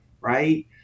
right